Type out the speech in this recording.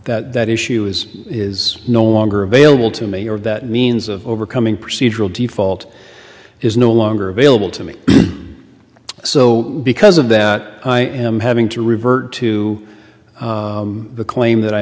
that that issue is is no longer available to me or that means of overcoming procedural default is no longer available to me so because of that i am having to revert to the claim that i